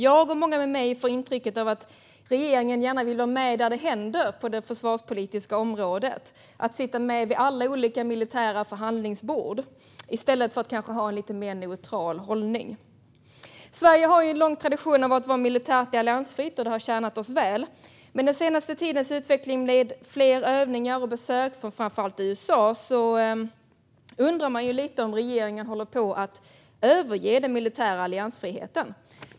Jag och många med mig får intrycket av att regeringen gärna vill vara med där det händer på det försvarspolitiska området och sitta med vid alla olika militära förhandlingsbord i stället för att kanske ha en lite mer neutral hållning. Sverige har en lång tradition av att vara militärt alliansfritt, och det har tjänat oss väl. Men i och med den senaste tidens utveckling med fler övningar och besök från framför allt USA undrar man lite grann om regeringen håller på att överge den militära alliansfriheten.